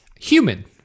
human